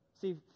See